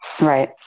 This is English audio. Right